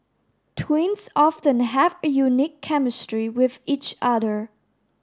twins often have a unique chemistry with each other